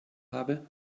habe